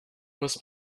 was